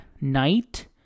night